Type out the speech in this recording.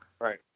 Right